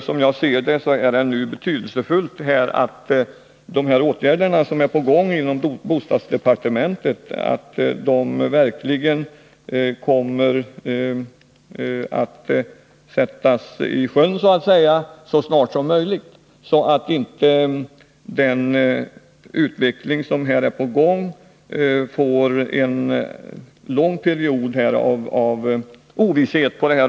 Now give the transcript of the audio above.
Som jag ser det är det betydelsefullt att de åtgärder som är på gång inom bostadsdepartementet verkligen snarast möjligt kommer att så att säga sättas i sjön, så att det inte blir en lång period av ovisshet.